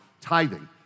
tithing